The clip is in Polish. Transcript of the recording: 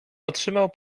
otrzymał